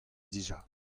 dija